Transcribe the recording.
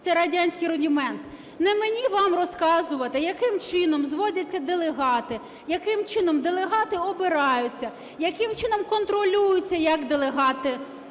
це радянський рудимент. Не мені вам розказувати, яким чином звозяться делегати, яким чином делегати обираються, яким чином контролюється, як делегати